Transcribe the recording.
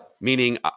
Meaning